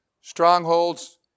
strongholds